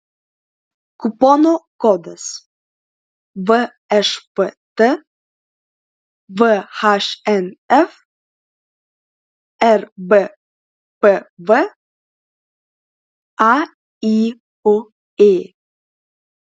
kupono kodas všpt vhnf rbpv ayuė